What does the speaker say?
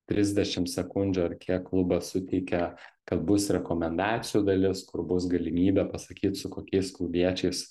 trisdešim sekundžių ar kiek klubas suteikia kad bus rekomendacijų dalis kur bus galimybė pasakyt su kokiais klubiečiais